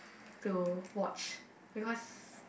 to watch because